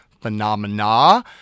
phenomena